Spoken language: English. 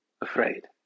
afraid